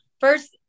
first